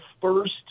first